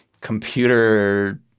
computer